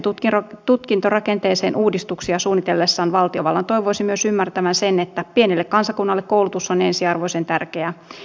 nykyiseen tutkintorakenteeseen uudistuksia suunnitellessaan valtiovallan toivoisi myös ymmärtävän sen että pienelle kansakunnalle koulutus on ensiarvoisen tärkeää